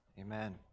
amen